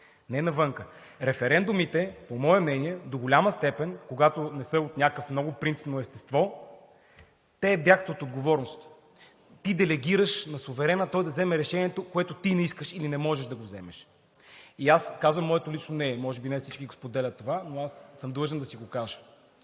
мое мнение референдумите до голяма степен, когато не са от някакво много принципно естество, бягат от отговорност. Ти делегираш на суверена той да вземе решението, което ти не искаш или не можеш да вземеш. Аз казвам моето лично мнение – може би не всички го споделят това, но съм длъжен да си кажа.